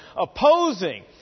opposing